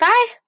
Bye